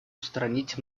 устранить